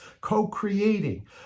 co-creating